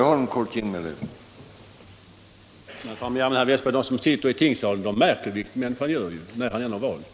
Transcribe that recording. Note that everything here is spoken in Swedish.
Herr talman! Men, herr Westberg, de som sitter i tingssalen märker ju vilket han gör, när han än har valt.